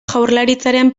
jaurlaritzaren